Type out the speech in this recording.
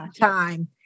time